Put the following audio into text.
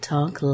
Talk